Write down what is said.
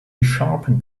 sharpened